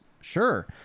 sure